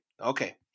okay